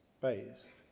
based